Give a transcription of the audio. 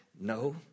no